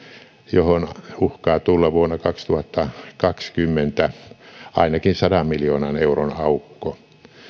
johon uhkaa tulla vuonna kaksituhattakaksikymmentä ainakin sadan miljoonan euron aukko